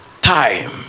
time